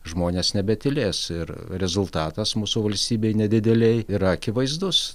žmonės nebetylės ir rezultatas mūsų valstybei nedidelei yra akivaizdus